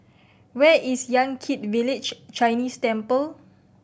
where is Yan Kit Village Chinese Temple